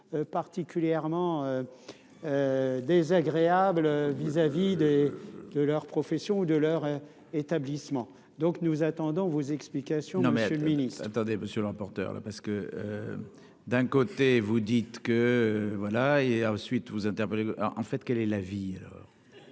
particulièrement. Désagréable vis-à-vis des de leur profession ou de leur établissement, donc nous attendons vos explications non, Monsieur le Ministre. Attendez monsieur l'emportèrent là parce que d'un côté, vous dites que voilà et ensuite vous interpeller en fait qu'elle est la vie, alors